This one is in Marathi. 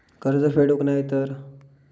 कर्ज फेडूक नाय तर?